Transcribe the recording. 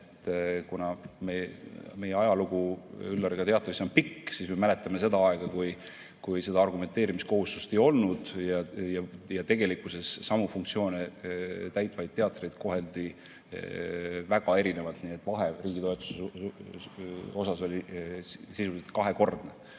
Kuna meie ajalugu, Üllar, ka teatris on pikk, siis me mäletame seda aega, kui seda argumenteerimiskohustust ei olnud ja samu funktsioone täitvaid teatreid koheldi väga erinevalt, nii et vahe riigi toetustes oli sisuliselt kahekordne.